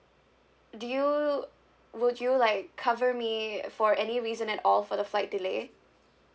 do you would you like cover me for any reason at all for the flight delay